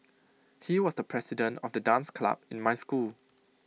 he was the president of the dance club in my school